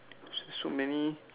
so so many